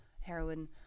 heroin